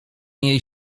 jej